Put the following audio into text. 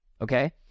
Okay